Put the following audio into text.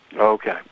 Okay